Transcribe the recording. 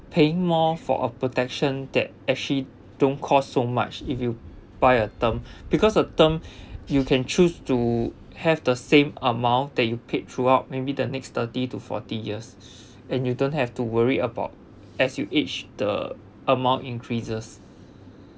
paying more for a protection that actually don't cost so much if you buy a term because a term you can choose to have the same amount that you paid throughout maybe the next thirty to forty years and you don't have to worry about as you age the amount increases